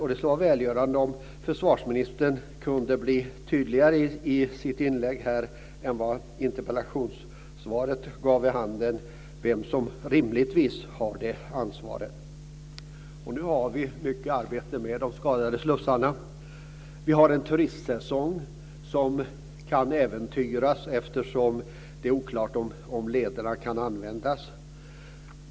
Det skulle vara välgörande om försvarsministern kunde bli tydligare än han varit i sitt interpellationssvar när det gäller vem som rimligtvis har detta ansvar. Mycket arbete måste nu utföras på de skadade slussarna. Turistsäsongen kan komma att äventyras, eftersom det är oklart om vattenlederna kan användas.